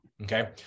Okay